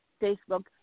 Facebook